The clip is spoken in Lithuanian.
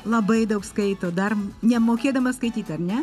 labai daug skaito dar nemokėdama skaityt ar ne